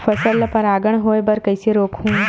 फसल ल परागण होय बर कइसे रोकहु?